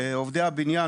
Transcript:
עובדי הבניין,